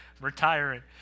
Retiring